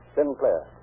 Sinclair